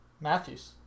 Matthews